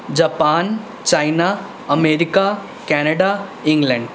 Japan China America Canada England